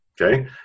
okay